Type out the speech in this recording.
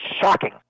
shocking